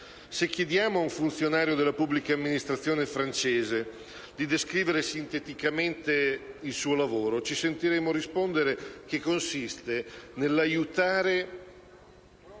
Se chiediamo ad un funzionario della pubblica amministrazione francese di descrivere sinteticamente il suo lavoro, ci sentiremo rispondere che consiste nell'aiutare